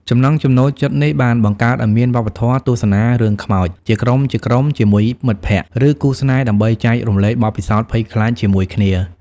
ចំណង់ចំណូលចិត្តនេះបានបង្កើតឱ្យមាន វប្បធម៌ទស្សនារឿងខ្មោច ជាក្រុមៗជាមួយមិត្តភក្តិ ឬគូស្នេហ៍ដើម្បីចែករំលែកបទពិសោធន៍ភ័យខ្លាចជាមួយគ្នា។